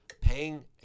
paying